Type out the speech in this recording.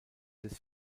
des